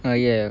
ah ya